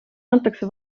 antakse